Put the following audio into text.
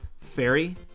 Fairy